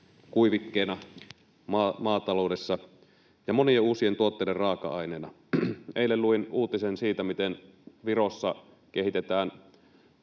kuivikkeena maataloudessa ja monien uusien tuotteiden raaka-aineena. Eilen luin uutisen siitä, miten Virossa kehitetään